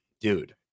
Dude